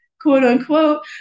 quote-unquote